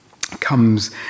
comes